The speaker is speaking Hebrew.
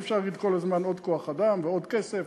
אי-אפשר להגיד כל הזמן: עוד כוח-אדם ועוד כסף.